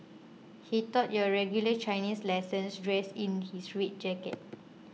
he taught your regular Chinese lessons dressed in his red jacket